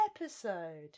episode